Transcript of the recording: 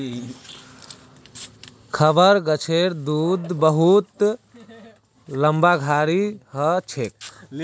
rubber गाछेर दूध बहुत लाभकारी ह छेक